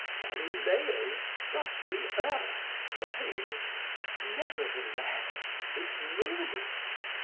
galileo struck the earth, crying nevertheless it moves!